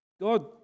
God